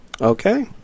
Okay